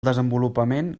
desenvolupament